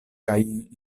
kaj